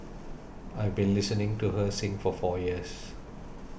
I've been listening to her sing for four years